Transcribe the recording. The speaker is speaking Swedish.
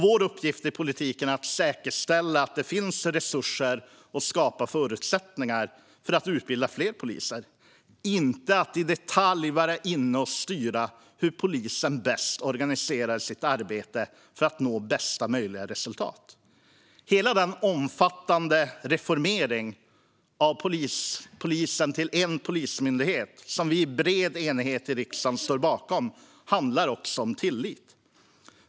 Vår uppgift i politiken är att säkerställa att det finns resurser och skapa förutsättningar för att utbilda fler poliser, inte att i detalj vara inne och styra hur polisen bäst organiserar sitt arbete för att nå bästa möjliga resultat. Hela den omfattande reformeringen av polisen till en polismyndighet, som vi i riksdagen i bred enighet står bakom, handlar också om tillit.